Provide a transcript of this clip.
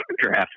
draft